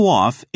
off